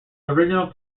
original